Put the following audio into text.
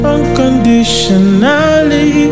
Unconditionally